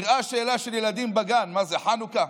נראית שאלה של ילדים בגן: מה זאת חנוכה?